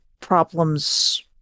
problems